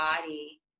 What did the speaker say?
body